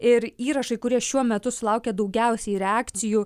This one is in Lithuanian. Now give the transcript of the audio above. ir įrašai kurie šiuo metu sulaukia daugiausiai reakcijų